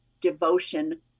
devotion